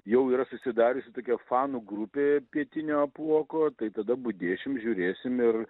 jau yra susidariusi tokia fanų grupė pietinio apuoko tai tada budėsim žiūrėsim ir